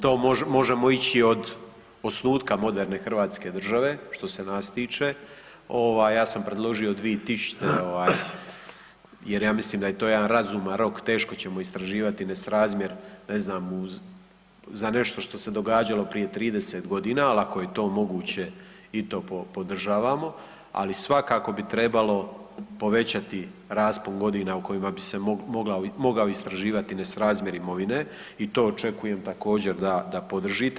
To možemo ići od osnutka moderne hrvatske države, što se nas tiče, ovaj, ja sam predložio 2000. jer ja mislim da je to jedan razuman rok, teško ćemo istraživati nesrazmjer, ne znam, za nešto što se događalo prije 30 godina, ali ako je to moguće i to podržavamo, ali svakako bi trebalo povećati raspon godina u kojima bi se mogao istraživati nesrazmjer imovine i to očekujem također, da podržite.